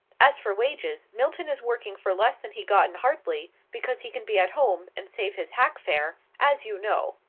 as for wages, milton is working for less than he got in hartley, because he can be at home, and save his hack fare, as you know.